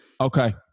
Okay